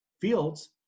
Fields